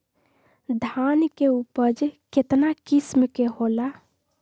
धान के उपज केतना किस्म के होला?